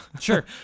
sure